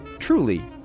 truly